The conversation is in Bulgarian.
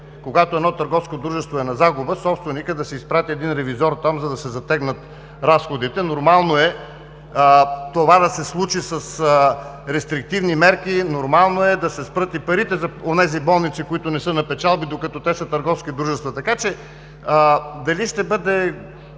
когато едно търговско дружество е на загуба, собственикът да си изпрати един ревизор там, за да се затегнат разходите. Нормално е това да се случи с рестриктивни мерки. Нормално е да се спрат и парите за онези болници, които не са на печалби, докато те са търговски дружества. Така че дали ще бъде